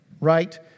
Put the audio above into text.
right